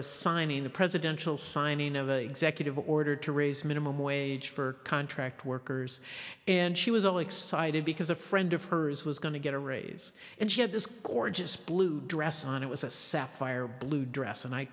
a signing the presidential signing of a executive order to raise minimum wage for contract workers and she was all excited because a friend of hers was going to get a raise and she had this core just blue dress on it was a sapphire blue dress and i